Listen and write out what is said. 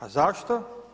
A zašto?